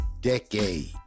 decade